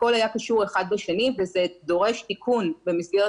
הכל היה קשור אחד בשני וזה דורש תיקון במסגרת